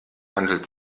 handelt